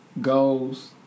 Goals